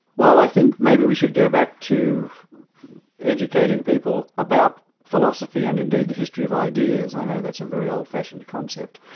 well i think maybe we should go back to educating people about philosophy and indeed the history of ideas. i know that's a very old-fashioned concept.